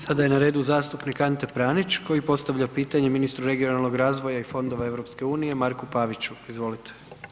Sada je na redu zastupnik Ante Prenić koji postavlja pitanje ministru regionalnog razvoja i Fondova EU, Marku Paviću, izvolite.